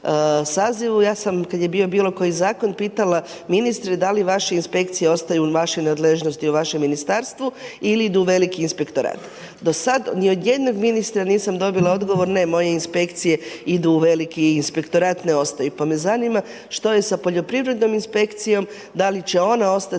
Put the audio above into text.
ja sam kada je bio bilo koji zakon, pitala, ministre, da li vaše inspekcije, ostaje u vašoj nadležnosti, u vašem ministarstvu ili idu u veliki inspektorat. Do sada ni od jednog ministra nisam dobila odgovor, ne moje inspekcije, idu u veliki inspektorat pa ne ostaju. Pa me zanima što je sa poljoprivrednom inspekcijom, da ili će ona ostati